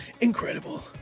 incredible